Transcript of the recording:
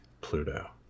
Pluto